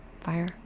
fire